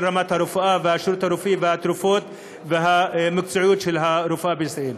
רמת הרפואה והשירות הרפואי והתרופות ומקצועיות הרפואה בישראל.